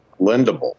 lendable